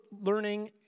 learning